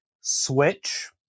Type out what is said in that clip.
Switch